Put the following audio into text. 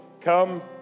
come